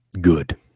Good